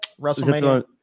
WrestleMania